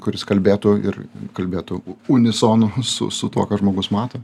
kuris kalbėtų ir kalbėtų unisonu su su tuo ką žmogus mato